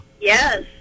Yes